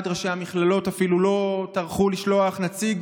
ועד ראשי המכללות אפילו לא טרחו לשלוח נציג